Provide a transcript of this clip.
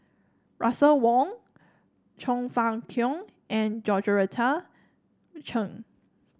Russel Wong Chong Fah Cheong and Georgette Chen